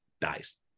dies